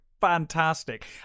fantastic